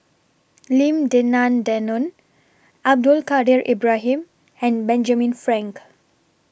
Lim Denan Denon Abdul Kadir Ibrahim and Benjamin Frank